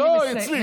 לא, אצלי.